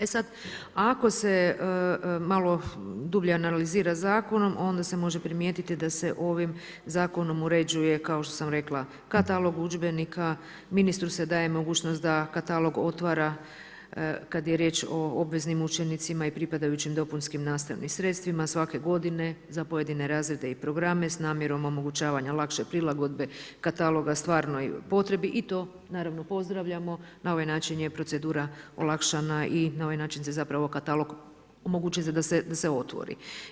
E sad, ako se malo dublje analizira zakon onda se može primijetiti da se ovim zakonom uređuje, kao što sam rekla, katalog udžbenika, ministru se daje mogućnost da katalog otvara kad je riječ o obveznim udžbenicima i pripadajućim dopunskim nastavnim sredstvima, svake godine za pojedine razrede i programe s namjerom omogućavanja lakše prilagodbe kataloga stvarnoj potrebi i to naravno, pozdravljamo, na ovaj način je procedura olakšana i na ovaj način se zapravo katalog omogućuje se da se otvori.